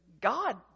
God